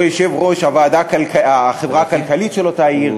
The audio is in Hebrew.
או יושב-ראש החברה הכלכלית של אותה עיר,